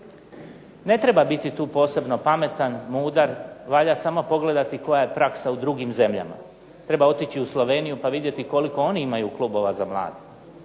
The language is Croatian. Ne treba biti tu posebno pametan, mudar, valja samo pogledati koja je praksa u drugim zemljama. Treba otići u Sloveniju pa vidjeti koliko oni imaju klubova za mlade.